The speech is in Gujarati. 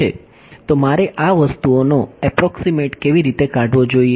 તો મારે આ વસ્તુઓનો એપ્રોક્સીમેટ કેવી રીતે કાઢવો જોઈએ